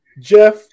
Jeff